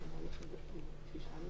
שנים